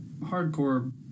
hardcore